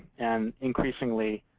and, increasingly,